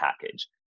package